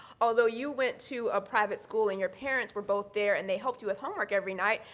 although you went to a private school and your parents were both there and they helped you with homework every night,